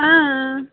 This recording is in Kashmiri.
آ آ